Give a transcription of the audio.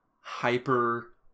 hyper